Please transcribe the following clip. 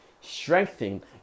strengthen